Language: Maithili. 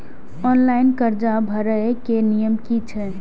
ऑनलाइन कर्जा भरे के नियम की छे?